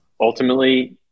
ultimately